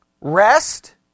Rest